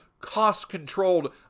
cost-controlled